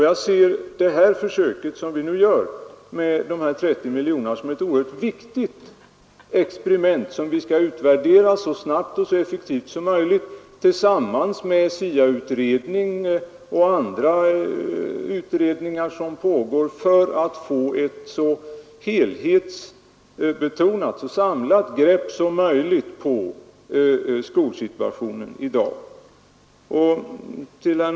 Jag ser det försök som vi nu gör med 30 miljoner kronor som ett oerhört viktigt instrument, som vi skall utvärdera så snabbt och effektivt som det går — tillsammans med SIA-utredningen och andra pågående utredningar — för att få ett så samlat grepp som möjligt på skolsituationen i dag.